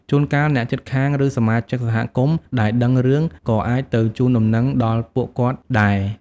ជួនកាល អ្នកជិតខាង ឬសមាជិកសហគមន៍ដែលដឹងរឿង ក៏អាចទៅជូនដំណឹងដល់ពួកគាត់ដែរ។